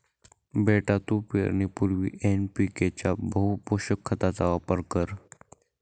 बेटा तू पेरणीपूर्वी एन.पी.के च्या बहुपोषक खताचा वापर कर